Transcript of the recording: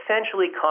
essentially